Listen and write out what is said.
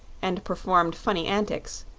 and performed funny antics,